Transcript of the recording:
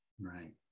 right